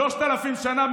שלושת אלפים שנה,